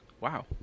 Wow